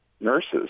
nurses